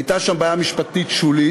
הייתה שם בעיה משפטית שולית,